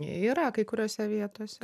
yra kai kuriose vietose